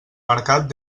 mercat